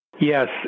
Yes